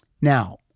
Now